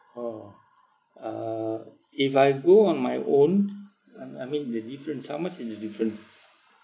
orh uh if I go on my own I I mean the difference how much is the difference